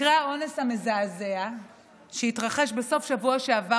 למקרה האונס המזעזע שהתרחש בסוף שבוע שעבר